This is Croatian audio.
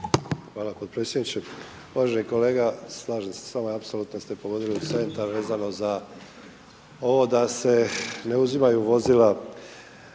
Hvala potpredsjedniče. Uvaženi kolega, slažem se s vama i apsolutno ste pogodili u centar, vezano za ovo da se ne uzimaju vozila